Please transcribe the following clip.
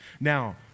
Now